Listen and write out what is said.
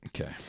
Okay